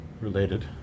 Related